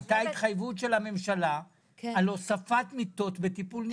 הייתה התחייבות של הממשלה על הוספת מיטות בטיפול נמרץ.